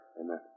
Amen